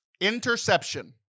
Interception